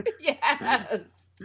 Yes